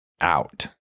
out